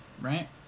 right